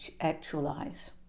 actualize